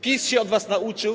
PiS się od was nauczył.